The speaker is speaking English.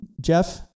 Jeff